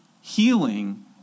healing